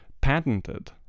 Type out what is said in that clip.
patented